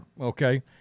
okay